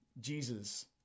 Jesus